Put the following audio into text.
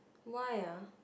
why ah